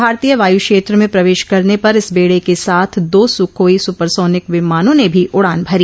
भारतीय वायु क्षेत्र में प्रवेश करने पर इस बेडे के साथ दो सुखोई सुपरसोनिक विमानों ने भी उडान भरी